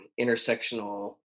intersectional